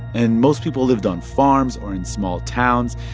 and most people lived on farms or in small towns.